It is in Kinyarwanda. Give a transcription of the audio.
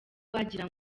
wagira